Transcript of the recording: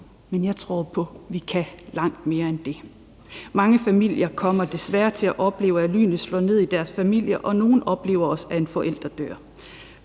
men jeg tror på, at vi kan langt mere end det. Mange familier kommer desværre til at opleve, at lynet slår ned i deres familie, og nogle oplever også, at en forælder dør.